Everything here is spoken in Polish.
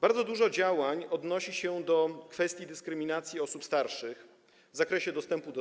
Bardzo dużo działań odnosi się do kwestii dyskryminacji osób starszych w zakresie dostępu